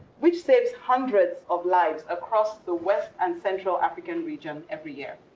which saves hundreds of lives across the west and central african region every year.